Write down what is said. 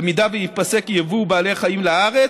במידה שייפסק יבוא בעלי החיים לארץ,